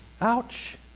ouch